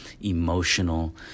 emotional